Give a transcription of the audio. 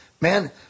man